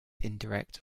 indirect